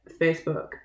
Facebook